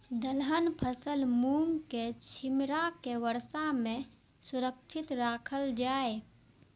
दलहन फसल मूँग के छिमरा के वर्षा में सुरक्षित राखल जाय?